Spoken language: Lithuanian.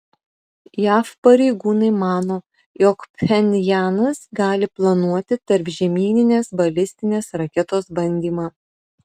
jav pareigūnai mano jog pchenjanas gali planuoti tarpžemyninės balistinės raketos bandymą